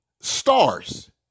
stars